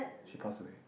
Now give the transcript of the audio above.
she passed away